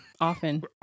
Often